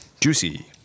Juicy